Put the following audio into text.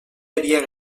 havia